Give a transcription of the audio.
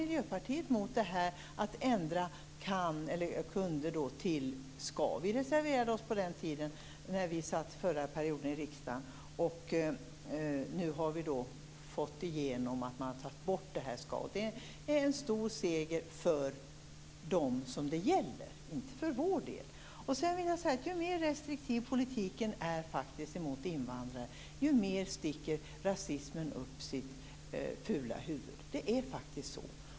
Miljöpartiet reserverade sig också mot detta att ändra "kunde" till "skall". Det var på den tiden Miljöpartiet satt i riksdagen under den förra perioden. Nu har vi fått igenom detta. Man har tagit bort "skall". Det är en stor seger för dem som det gäller - inte för vår del. Ju mer restriktiv politiken mot invandrare är, desto mer sticker rasismen upp sitt fula huvud. Det är faktiskt så!